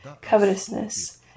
covetousness